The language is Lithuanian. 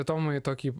tomai tokį